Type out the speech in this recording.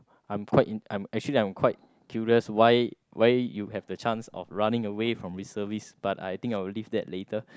I'm quite uh actually I'm quite curious why why you have the chance of running away from reservist but I think I will leave that later